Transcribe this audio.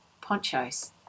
ponchos